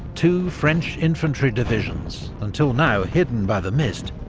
two french infantry divisions, until now hidden by the mist,